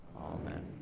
Amen